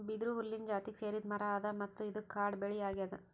ಬಿದಿರು ಹುಲ್ಲಿನ್ ಜಾತಿಗ್ ಸೇರಿದ್ ಮರಾ ಅದಾ ಮತ್ತ್ ಇದು ಕಾಡ್ ಬೆಳಿ ಅಗ್ಯಾದ್